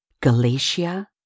Galatia